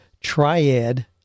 triad